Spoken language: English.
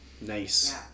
Nice